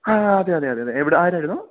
ആ അതെ അതെ അതെ അതെ എവിടെ ആരായിരുന്നു